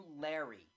Larry